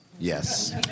Yes